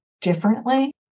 differently